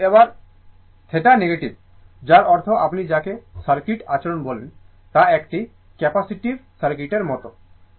সুতরাং এবার θ নেগেটিভ যার অর্থ আপনি যাকে সার্কিট আচরণ বলেন তা একটি ক্যাপাসিটিভ সার্কিটের মতো